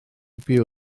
byw